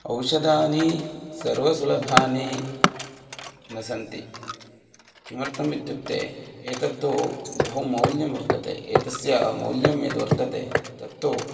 औषधानि सर्वसुलभानि न सन्ति किमर्थम् इत्युक्ते एतत्तु बहु मौल्यं वर्तते एतस्य मौल्यं यद् वर्तते तत्तु